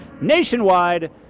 nationwide